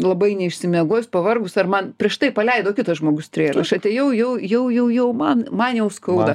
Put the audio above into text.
labai neišsimiegojus pavargus ar man prieš tai paleido kitas žmogus strėlę aš atėjau jau jau jau jau man man jau skauda